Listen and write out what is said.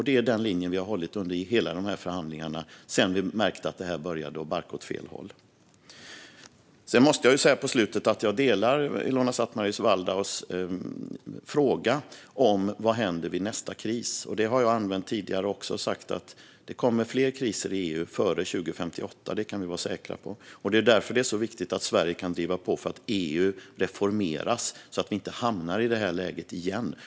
Det är den linje vi har hållit under förhandlingarna sedan vi märkte att det började barka åt fel håll. Sedan måste jag nu på slutet säga att jag delar Ilona Szatmari Waldaus fråga. Vad händer vid nästa kris? Jag har tidigare sagt att det kommer fler kriser i EU före 2058. Det kan vi vara säkra på. Det är därför det är viktigt att Sverige kan driva på så att EU reformeras, så att vi inte hamnar i detta läge igen.